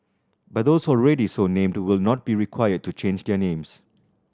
but those already so named will not be required to change their names